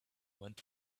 went